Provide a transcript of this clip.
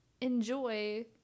enjoy